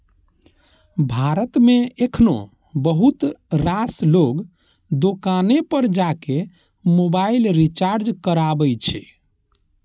भारत मे एखनो बहुत रास लोग दोकाने पर जाके मोबाइल रिचार्ज कराबै छै